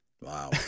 Wow